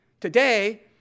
Today